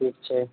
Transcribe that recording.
ठीक छै